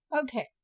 Okay